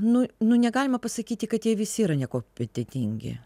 nu nu negalima pasakyti kad jie visi yra nekompetentingi